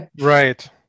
Right